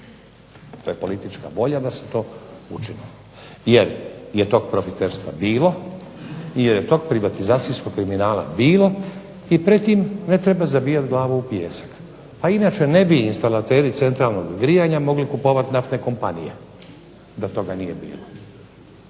To je politička volja da se to učini. Jer je tog profiterstva bilo i jer je tog privatizacijskog kriminala bilo i pred tim ne treba zabijati glavu u pijesak. Pa inače ne bi instalateri centralnog grijanja mogli kupovati naftne kompanije da toga nije bilo,